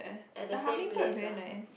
at the same place ah